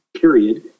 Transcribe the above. period